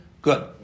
Good